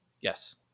yes